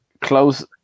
close